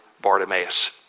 Bartimaeus